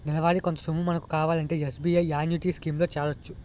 నెలవారీ కొంత సొమ్ము మనకు కావాలంటే ఎస్.బి.ఐ యాన్యుటీ స్కీం లో చేరొచ్చు